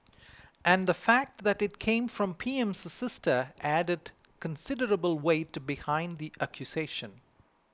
and the fact that it came from P M's sister added considerable weight behind the accusation